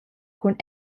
cun